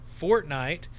fortnite